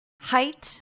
height